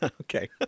Okay